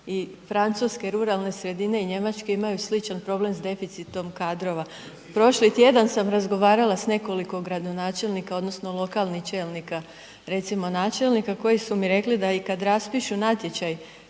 i francuske ruralne sredine i njemačke imaju sličan problem s deficitom kadrova. Prošli tjedan sam razgovarala s nekoliko gradonačelnika odnosno lokalni čelnika, recimo načelnika koji su mi rekli da i kad raspišu natječaj